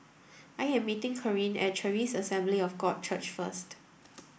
I am meeting Kareen at Charis Assembly of God Church first